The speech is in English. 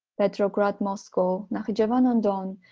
petrograd, moscow, nakhichevan on don,